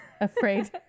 afraid